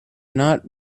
not